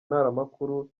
ntaramakuru